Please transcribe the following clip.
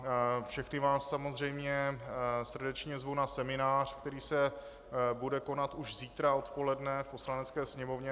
A všechny vás samozřejmě srdečně zvu na seminář, který se bude konat už zítra odpoledne v Poslanecké sněmovně.